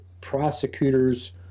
prosecutors